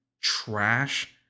trash